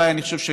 אני חושב,